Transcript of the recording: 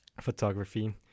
photography